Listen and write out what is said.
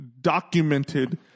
documented